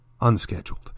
unscheduled